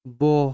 bo